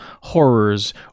horrors